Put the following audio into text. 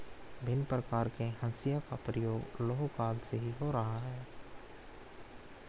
भिन्न प्रकार के हंसिया का प्रयोग लौह काल से ही हो रहा है